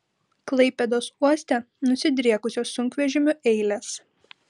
klaipėdos uoste nusidriekusios sunkvežimių eilės